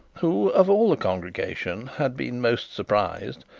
who, of all the congregation, had been most surprised,